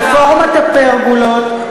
רפורמת הפרגולות,